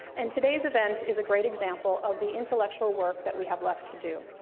and today's event is a great example of the intellectual work that we have left to do.